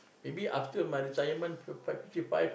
maybe after my retirement five fifty five